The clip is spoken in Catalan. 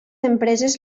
empreses